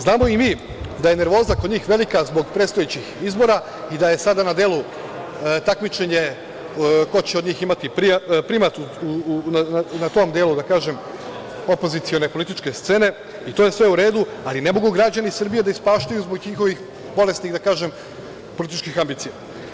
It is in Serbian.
Znamo i mi da je nervoza kod njih velika zbog predstojećih izbora i da je sada na delu takmičenje ko će od njih imati primat na tom delu opozicione političke scene i to je sve u redu, ali ne mogu građani Srbiji da ispaštaju zbog njihovih bolesnih političkih ambicija.